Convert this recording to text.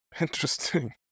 Interesting